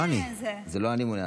זה לא אני.